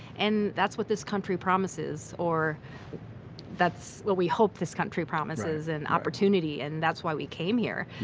and that's what this country promises, or that's what we hope this country promises and opportunity and that's why we came here.